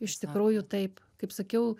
iš tikrųjų taip kaip sakiau